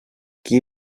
qui